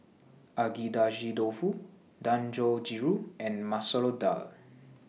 Agedashi Dofu Dangojiru and Masoor Dal